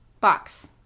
box